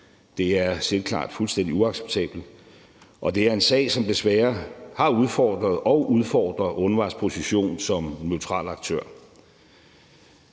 Det er selvklart fuldstændig uacceptabelt, og det er en sag, som desværre har udfordret og udfordrer UNRWA's position som neutral aktør.